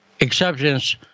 acceptance